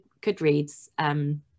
Goodreads